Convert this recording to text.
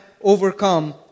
overcome